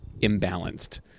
imbalanced